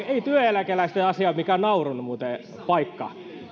ei työeläkeläisten asia muuten ole mikään naurun paikka